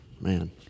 man